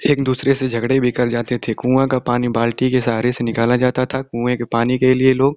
एक दूसरे से झगड़े भी कर जाते थे कुएँ का पानी बाल्टी के सहारे से निकाला जाता था कुएँ के पानी के लिए लोग